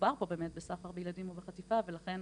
שמדובר פה באמת בסחר בילדים או בחטיפה, ולכן,